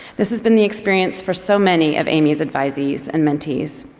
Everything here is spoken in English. this has been the experience for so many of amy's advisees and mentees.